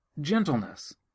gentleness